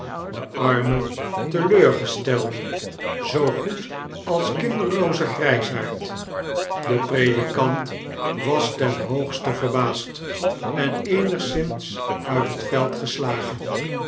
de arme teleurgestelde zoogoed als kinderlooze gry de predikant was ten hoogste verbaasd en eenigszins uit het veld geslagen